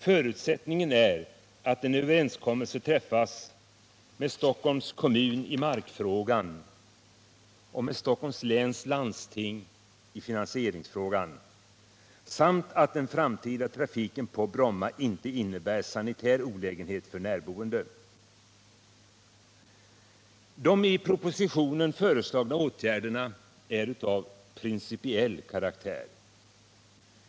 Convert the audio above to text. Förutsättningarna härför är att en överenskommelse träffas med Stockholms kommun i markfrågan och med Stockholms läns landsting i finansieringsfrågan samt att den framtida trafiken på Bromma inte innebär sanitär olägenhet för närboende. De i propositionen föreslagna åtgärderna är av principiell karaktär.